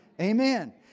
Amen